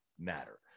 matter